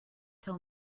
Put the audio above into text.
tell